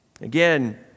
Again